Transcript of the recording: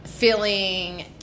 Feeling